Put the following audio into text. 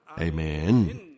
Amen